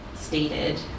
stated